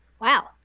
Wow